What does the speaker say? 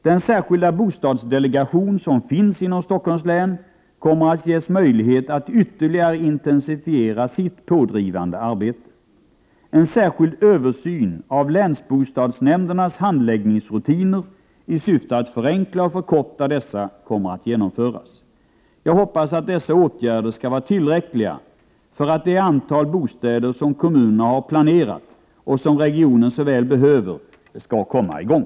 Den särskilda bostadsdelegation som finns inom Stockholms län kommer att ges möjlighet att ytterligare intensifiera sitt pådrivande arbete. En särskild översyn av länsbostadsnämndernas handläggningsrutiner i syfte att förenkla dessa och förkorta handläggningstiden kommer att genomföras. Jag hoppas att dessa åtgärder skall vara tillräckliga för att byggandet av det antal bostäder som kommunerna har planerat, och som regionen så väl behöver, skall komma i gång.